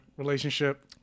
relationship